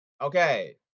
Okay